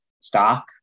stock